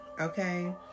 Okay